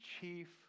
chief